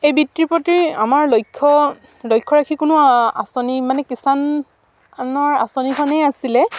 এই বৃত্তিৰ প্ৰতি আমাৰ লক্ষ্য ৰাখি কোনো আঁচনি মানে কিষানৰ আঁচনিখনেই আছিলে